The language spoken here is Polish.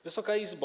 Wysoka Izbo!